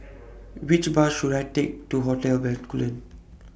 Which Bus should I Take to Hotel Bencoolen